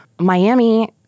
Miami